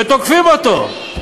ותוקפים אותו.